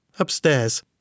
upstairs